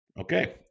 Okay